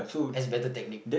as a better technique